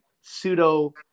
pseudo